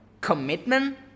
Commitment